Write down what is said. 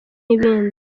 n’ibindi